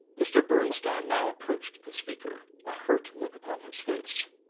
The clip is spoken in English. mr. bernstine now approached the speaker, a hurt look upon his face.